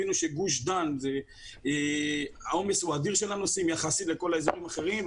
הבינו שבגוש דן העומס של הנוסעים הוא אדיר יחסית לכל האזורים האחרים,